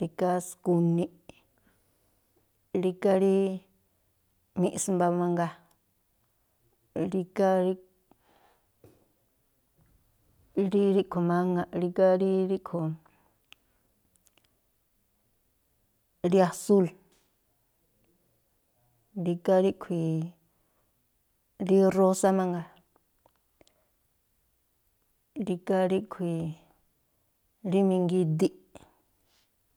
rígá skuniꞌ, rígá rí miꞌsmba mangaa, rígá rí ríꞌkhui̱ maŋa̱ꞌ, rígá rí ríꞌkhui̱ rí asúl, rígá ríꞌkhui̱ rí rósá mangaa, rígá ríꞌkhui̱ rí mingidiꞌ.